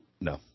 No